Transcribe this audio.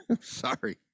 Sorry